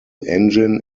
engine